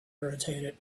irritated